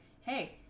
hey